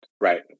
Right